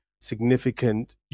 significant